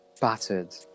battered